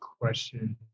question